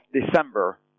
December